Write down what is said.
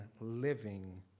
living